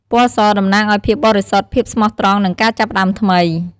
ពណ៌ស តំណាងឲ្យ ភាពបរិសុទ្ធ ភាពស្មោះត្រង់ និង ការចាប់ផ្តើមថ្មី។